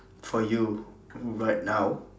for you right now